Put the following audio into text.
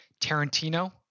Tarantino